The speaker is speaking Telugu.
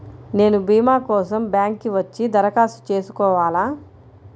నేను భీమా కోసం బ్యాంక్కి వచ్చి దరఖాస్తు చేసుకోవాలా?